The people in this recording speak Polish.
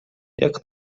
jak